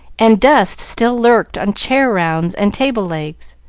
and dust still lurked on chair rounds and table legs.